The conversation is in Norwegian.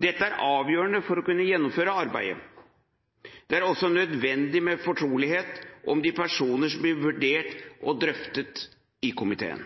Dette er avgjørende for å kunne gjennomføre arbeidet. Det er også nødvendig med fortrolighet om de personer som blir vurdert og drøftet i komiteen.